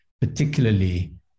particularly